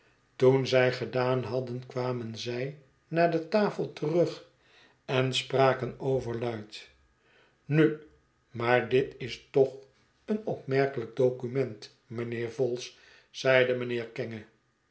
toen zij gedaan hadden kwamen zij naar de tafel terug en spraken overluid nu maar dit is toch een opmerkelijk document mijnheer vholes zeide mijnheer kenge